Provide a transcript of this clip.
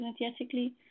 energetically